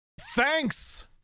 Thanks